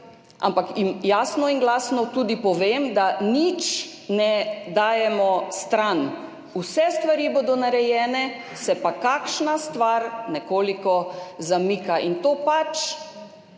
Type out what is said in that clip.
Ampak jim jasno in glasno tudi povem, da nič ne dajemo stran. Vse stvari bodo narejene, se pa kakšna stvar nekoliko zamika. In prosim